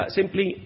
simply